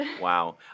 Wow